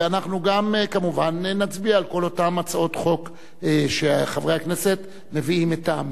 ואנחנו גם כמובן נצביע על כל אותן הצעות חוק שחברי הכנסת מביאים מטעמם.